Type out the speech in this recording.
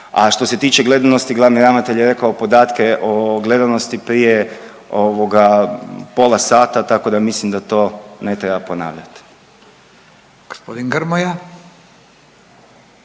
A što se tiče gledanosti glavni ravnatelj je rekao podatke o gledanosti prije ovoga pola sata, tako da mislim da to ne treba ponavljat.